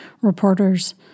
reporters